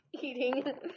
eating